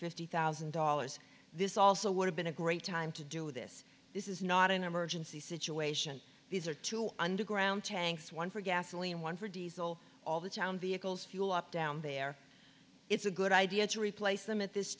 fifty thousand dollars this also would have been a great time to do this this is not an emergency situation these are two underground tanks one for gasoline one for diesel all the town vehicles fuel up down there it's a good idea to replace them at this